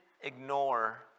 ignore